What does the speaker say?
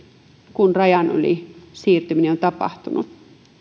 kun rajan yli siirtyminen on tapahtunut